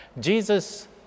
Jesus